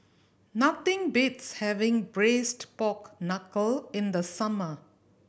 nothing beats having Braised Pork Knuckle in the summer